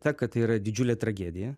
ta kad tai yra didžiulė tragedija